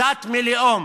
דת מלאום,